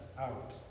out